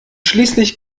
schließlich